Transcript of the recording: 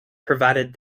provided